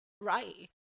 right